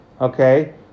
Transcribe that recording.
Okay